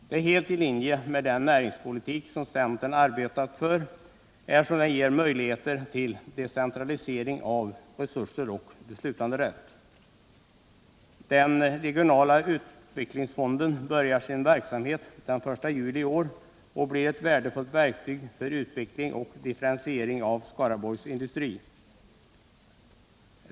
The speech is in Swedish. Det är helt i linje med den näringspolitik som centern arbetat för, eftersom den ger möjligheter till decentralisering av resurser och beslutanderätt. Den regionala utvecklingsfonden börjar sin verksamhet den 1 juli i år och blir ett värdefullt verktyg för utveckling och differentiering av Skaraborgs industri.